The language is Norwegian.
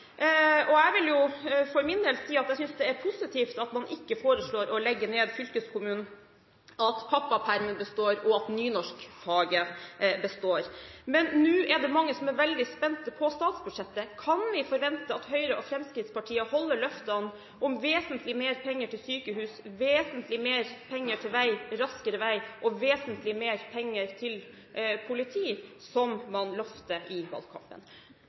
og jeg vil for min del si at jeg synes det er positivt at man ikke foreslår å legge ned fylkeskommunen, at pappapermen består, og at nynorsk-faget består. Men nå er det mange som er veldig spent på statsbudsjettet: Kan vi forvente at Høyre og Fremskrittspartiet holder løftene om vesentlig mer penger til sykehus, vesentlig mer penger til raskere vei, og vesentlig mer penger til politiet, som man lovet i valgkampen?